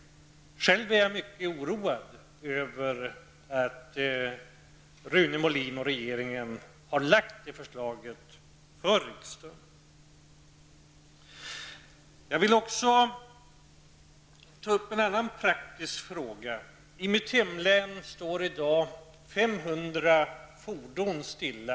Själv är jag mycket oroad över att Rune Molin och regeringen har lagt fram det förslaget för riksdagen. Jag vill också ta upp en annan praktisk fråga. I mitt hemlän står i dag 500 fordon stilla.